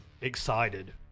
excited